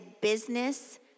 business